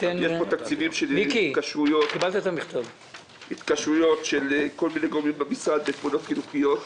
יש פה תקציבים להתקשרויות של כל מיני גורמים במשרד לפעולות חינוכיות,